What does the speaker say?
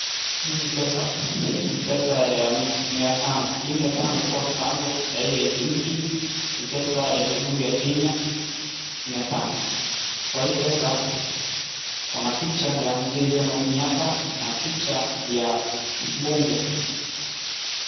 Hii ni pesa. Pesa ya miatano, hii miatano ilikua kitambo sahii haitumiki. Hii pesa ya jamhuri ya Kenya miatano. Kwa hii pesa kuna picha ya Mzee Jomo Kenyatta na picha ya mbunge.